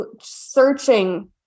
searching